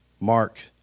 Mark